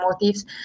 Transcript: motives